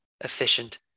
efficient